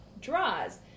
draws